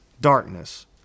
darkness